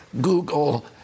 Google